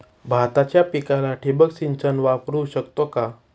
भाताच्या पिकाला ठिबक सिंचन वापरू शकतो का?